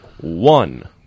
one